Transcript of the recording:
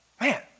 Man